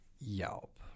Yelp